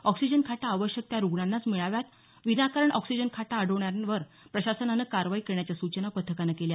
oxygen खाटा आवश्यक त्या रुग्णांनाच मिळाव्यात विनाकारण ऑक्सेजन खाटा अडवणाऱ्यांवर प्रशासनान कारवाई करण्याच्या सूचना पथकाने केल्या